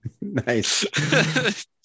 nice